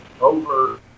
over